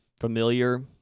familiar